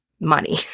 money